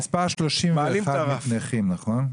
המספר 31 נכים, נכון?